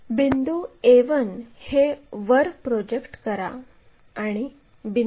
मग r काढण्यासाठी r ला खाली प्रोजेक्ट करू